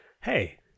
hey